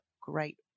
great